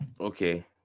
Okay